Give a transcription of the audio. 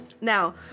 Now